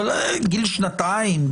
אבל גיל שנתיים,